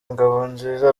ngabonziza